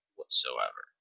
whatsoever